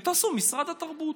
ותעשו משרד התרבות.